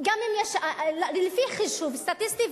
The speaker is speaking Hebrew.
לפי חישוב סטטיסטי,